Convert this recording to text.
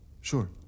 sure